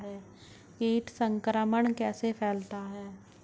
कीट संक्रमण कैसे फैलता है?